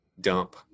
dump